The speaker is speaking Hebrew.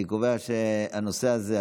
אני קובע שהנושא הזה,